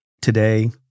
today